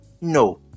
No